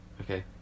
Okay